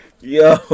Yo